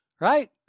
Right